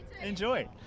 Enjoy